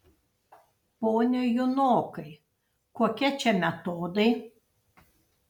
pone junokai kokie čia metodai